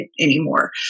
anymore